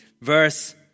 verse